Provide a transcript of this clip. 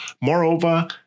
Moreover